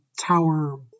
tower